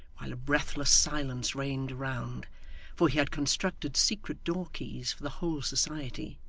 while a breathless silence reigned around for he had constructed secret door-keys for the whole society,